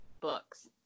books